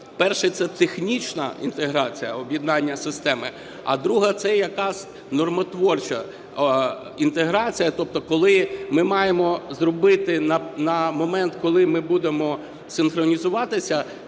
перший – це технічна інтеграція, об'єднання системи; а другий – це якраз нормотворча інтеграція. Тобто коли ми маємо зробити на момент, коли ми будемо синхронізуватися,